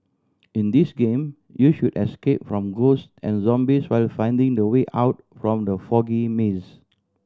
in this game you should escape from ghost and zombies while finding the way out from the foggy maze